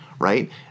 right